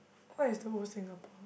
what is the old Singapore